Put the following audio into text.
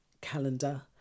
calendar